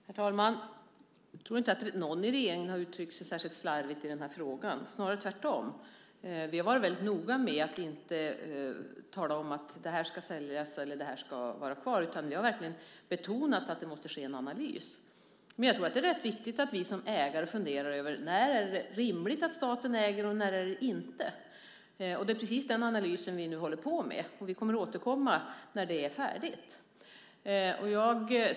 Herr talman! Jag tror inte att någon i regeringen har uttryckt sig särskilt slarvigt i frågan, snarare tvärtom. Vi har varit noga med att inte säga att detta ska säljas och detta ska vara kvar. Vi har verkligen betonat att det måste ske en analys. Det är viktigt att vi som ägare funderar över när det är rimligt att staten äger och när det inte är rimligt. Det är precis den analysen som vi nu håller på med. Vi återkommer när den är färdig.